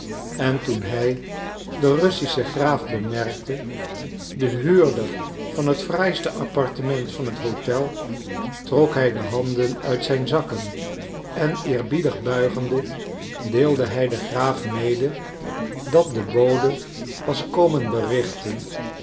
en toen hij den russischen graaf bemerkte den huurder van het fraaiste appartement van het hotel trok hij de handen uit zijn zakken en eerbiedig buigende deelde hij den graaf mede dat de bode was komen berichten